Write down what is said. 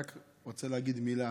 אני רק רוצה להגיד מילה,